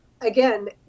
again